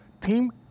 Team